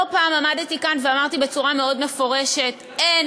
לא פעם עמדתי כאן ואמרתי בצורה מאוד מפורשת: אין